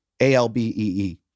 A-L-B-E-E